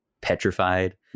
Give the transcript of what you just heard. petrified